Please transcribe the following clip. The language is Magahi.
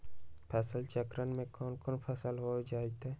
फसल चक्रण में कौन कौन फसल हो ताई?